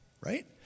right